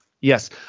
yes